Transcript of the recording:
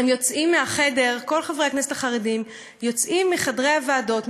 כל חברי הכנסת החרדים יוצאים מחדרי הוועדות,